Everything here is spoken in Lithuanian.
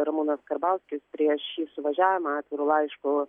ramūnas karbauskis prieš šį suvažiavimą atviru laišku